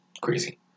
Crazy